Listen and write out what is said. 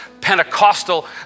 Pentecostal